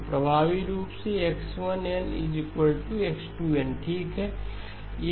तो प्रभावी रूप से X1 n X2 n ठीक है